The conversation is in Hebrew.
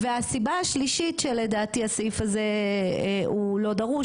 והסיבה השלישית שלדעתי הסעיף הזה הוא לא דרוש,